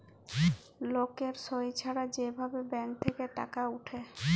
লকের সই ছাড়া যে ভাবে ব্যাঙ্ক থেক্যে টাকা উঠে